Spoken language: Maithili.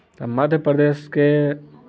तऽ मध्यप्रदेशके